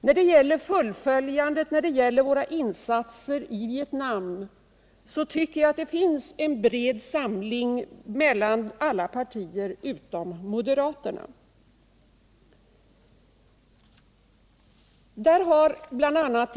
När det gäller fullföljandet av våra insatser i Vietnam tycker jag att det finns en bred samling mellan alla partier utom moderata samlingspartiet.